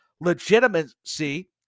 legitimacy